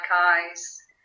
eyes